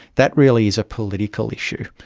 that really is a political issue.